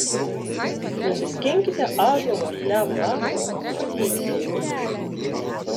nusiskinkite ąžuolo ar klevo lapą sukramtykite jį